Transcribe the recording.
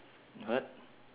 what